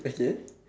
okay